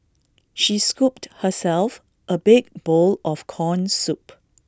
she scooped herself A big bowl of Corn Soup